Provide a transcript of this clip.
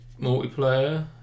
multiplayer